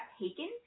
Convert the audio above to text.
taken